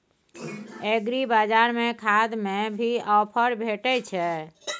एग्रीबाजार में खाद में भी ऑफर भेटय छैय?